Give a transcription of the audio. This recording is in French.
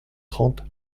trente